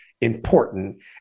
important